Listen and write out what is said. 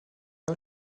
pas